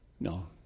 No